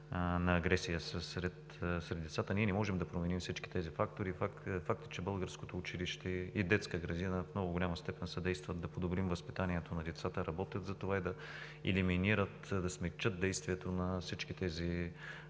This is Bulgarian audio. на агресия са сред децата. Ние не можем да променим всички тези фактори. Факт е, че българското училище и детска градина в много голяма степен съдействат да подобрим възпитанието на децата, работят за това и да елиминират, да смекчат действието на всички тези